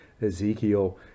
Ezekiel